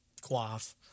Quaff